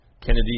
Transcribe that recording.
Kennedy